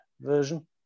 version